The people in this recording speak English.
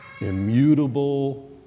immutable